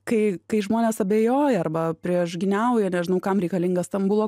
kai kai žmonės abejoja arba priešgyniauja nežinau kam reikalinga stambulo